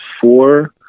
four